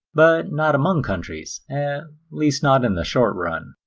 but not among countries at least not in the short-run.